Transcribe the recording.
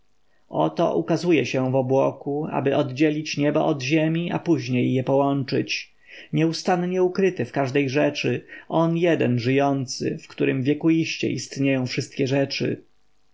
oto ukazuje się w obłoku aby oddzielić niebo od ziemi a później je połączyć nieustannie ukryty w każdej rzeczy on jeden żyjący w którym wiekuiście istnieją wszystkie rzeczy